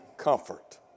Comfort